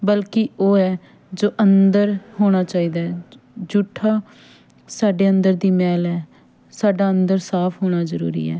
ਬਲਕਿ ਉਹ ਹੈ ਜੋ ਅੰਦਰ ਹੋਣਾ ਚਾਹੀਦਾ ਜੂਠਾ ਸਾਡੇ ਅੰਦਰ ਦੀ ਮੈਲ ਹੈ ਸਾਡਾ ਅੰਦਰ ਸਾਫ਼ ਹੋਣਾ ਜ਼ਰੂਰੀ ਹੈ